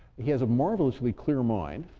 he has a marvelously clear mind.